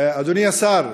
אדוני השר,